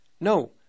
No